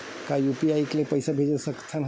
का यू.पी.आई ले पईसा भेज सकत हन?